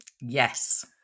yes